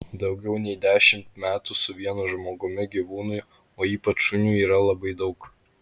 daugiau nei dešimt metų su vienu žmogumi gyvūnui o ypač šuniui yra labai daug